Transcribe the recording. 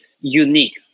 unique